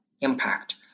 impact